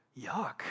yuck